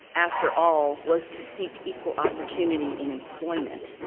after all, was to seek equal opportunity in employment,